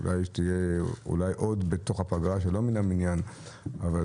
אולי תהיה עוד ישיבה שלא מן המניין בתוך הפגרה,